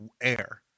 air